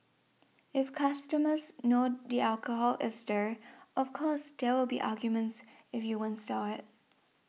if customers know the alcohol is there of course there will be arguments if you won't sell it